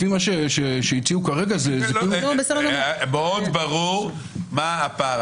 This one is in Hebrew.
לפי מה שהציעו כרגע, זה --- מאוד ברור מה הפער.